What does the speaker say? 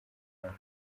bantu